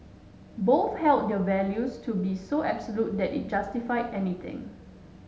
both held their values to be so absolute that it justified anything